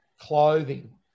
clothing